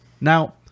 Now